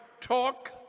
talk